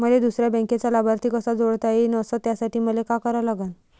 मले दुसऱ्या बँकेचा लाभार्थी कसा जोडता येईन, अस त्यासाठी मले का करा लागन?